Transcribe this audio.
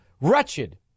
wretched